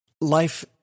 Life